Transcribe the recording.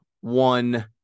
one